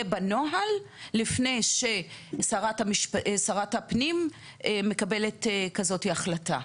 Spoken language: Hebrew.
יהיה נוהל לפני ששרת הפנים מקבלת כזאת החלטה?